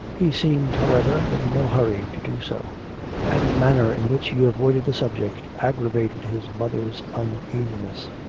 he seemed, however, in no hurry to do so and the manner in which he avoided the subject aggravated his mother's uneasiness.